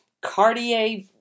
Cartier